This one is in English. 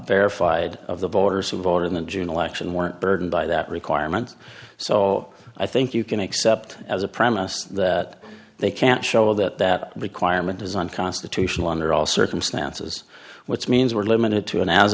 verified of the voters who voted in june election weren't burdened by that requirement so i think you can accept as a premise that they can't show that that requirement design constitutional under all circumstances which means we're limited to an as